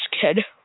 kid